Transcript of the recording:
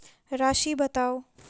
राशि बताउ